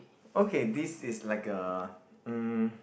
okay this is like a um